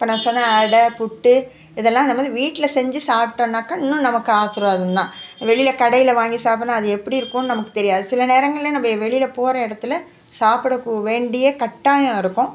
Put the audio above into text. இப்போ நான் சொன்ன அடை புட்டு இதெல்லாம் இந்த மாதிரி வீட்டில் செஞ்சு சாப்பிடோன்னாக்கா இன்னும் நமக்கு ஆசிர்வாதம் தான் வெளியில கடையில் வாங்கி சாப்புட்னா அதை எப்படி இருக்கும்னு நமக்கு தெரியாது சில நேரங்களில் நம்ப வெளியில போகற இடத்துல சாப்பிடக்கூ வேண்டிய கட்டாயம் இருக்கும்